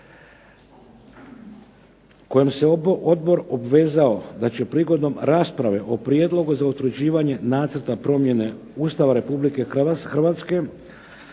kojom se odbor obvezao da će prigodom rasprave o Prijedlogu za utvrđivanje nacrta promjene Ustava Republike Hrvatske